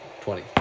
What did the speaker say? Twenty